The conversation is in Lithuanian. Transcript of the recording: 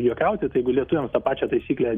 juokauti tai jeigu lietuviam tą pačią taisyklę